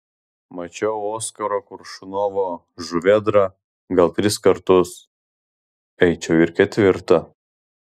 mačiau oskaro koršunovo žuvėdrą gal tris kartus eičiau ir ketvirtą